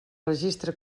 registre